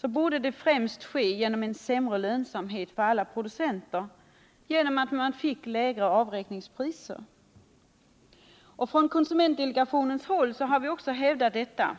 -— främst ske genom en sämre lönsamhet för alla producenter genom lägre avräkningspriser. Konsumentdelegationen har också hävdat detta.